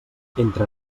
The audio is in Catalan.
entre